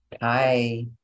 Hi